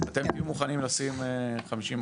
אתם תהיו מוכנים לשים 50%?